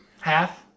Half